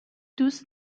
دوست